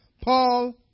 Paul